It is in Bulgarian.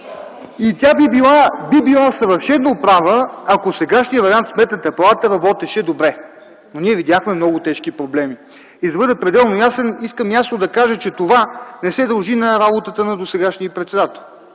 Тя би била съвършено права, ако в сегашния вариант Сметната палата работеше добре. Ние видяхме много тежки проблеми. За да бъда пределно ясен, искам ясно да кажа, че това не се дължи на работата на досегашния й председател,